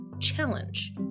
challenge